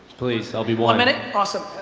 please, i'll be one. one minute, awesome.